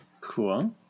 Cool